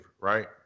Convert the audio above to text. right